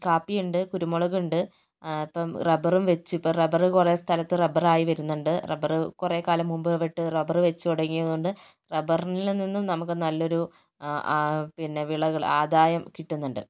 കാപ്പിയുണ്ട് കുരുമുളക് ഉണ്ട് ഇപ്പോൾ റബ്ബറും വെച്ച് ഇപ്പോൾ റബ്ബർ കുറെ സ്ഥലത്ത് റബ്ബറായി വരുന്നുണ്ട് റബ്ബർ കുറെ കാലം മുൻപ്പ് വെട്ട് റബ്ബർ വെച്ച് തുടങ്ങിയത് കൊണ്ട് റബ്ബറിൽ നിന്ന് നമുക്ക് നല്ലൊരു പിന്നെ വിളകൾ ആദായം കിട്ടുന്നുണ്ട്